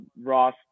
Ross